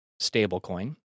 stablecoin